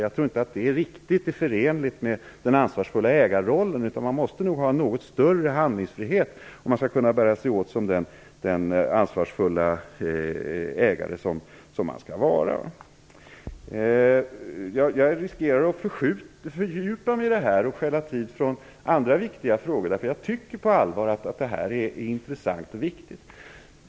Jag tror inte att det är förenligt med den ansvarsfulla ägarrollen, utan man måste nog ha en något större handlingsfrihet för att kunna bära sig åt som den ansvarsfulla ägare som man skall vara. Jag riskerar att fördjupa mig i det här och stjäla tid från andra viktiga frågor, därför att jag på allvar tycker att det är intressant och viktigt.